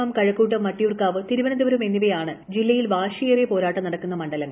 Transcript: നേമം കഴക്കൂട്ടം വട്ടിയൂർക്കാവ് തിരുവനന്തപുരം എന്നിവയാണ് തിരുവനന്തപുരം ജില്ലയിൽ വാശിയേറിയ പോരാട്ടം നടക്കുന്ന മണ്ഡലങ്ങൾ